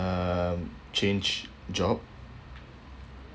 um change job